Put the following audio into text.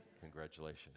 Congratulations